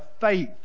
faith